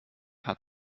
hat